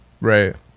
Right